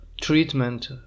treatment